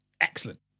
Excellent